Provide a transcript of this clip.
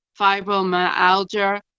fibromyalgia